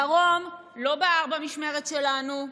הדרום לא בער במשמרת שלנו,